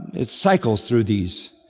it cycles through these.